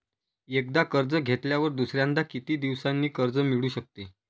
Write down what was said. एकदा कर्ज घेतल्यावर दुसऱ्यांदा किती दिवसांनी कर्ज मिळू शकते?